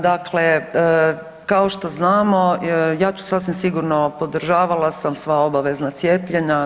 Dakle kao što znamo ja ću sasvim sigurno, podržavala sam sva obavezna cijepljenja.